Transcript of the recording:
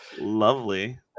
Lovely